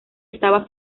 estaba